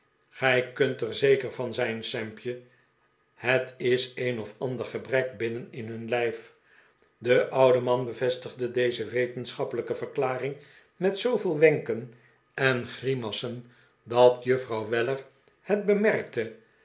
gij kunt er zeker van zijn sampje het is een of ander gebrek binnen in hun lijf de oude man bevestigde deze wetensehappelijke verklaring met zooveel wenken en grimassen dat juffrouw weller het bemerkte